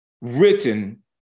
written